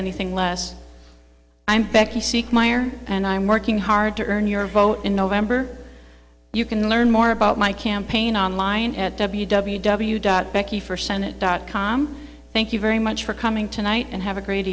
anything less i'm becky seek meyer and i'm working hard to earn your vote in november you can learn more about my campaign online at w w w dot becky for senate dot com thank you very much for coming tonight and have a great